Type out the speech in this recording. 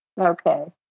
Okay